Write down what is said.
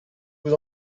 vous